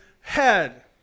head